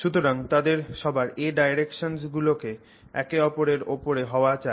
সুতরাং তাদের সবার a directions গুলো কে একে অপরের ওপরে হওয়া চাই